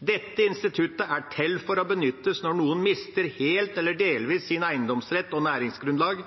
Dette instituttet er til for å benyttes når noen mister helt eller delvis sin eiendomsrett og sitt næringsgrunnlag.